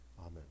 Amen